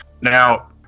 Now